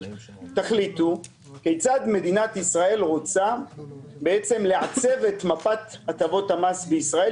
תחליטו כיצד מדינת ישראל רוצה לעצב את מפת הטבות המס במדינה,